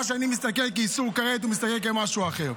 מה שאני מסתכל כאיסור כרת, הוא מסתכל כמשהו אחר.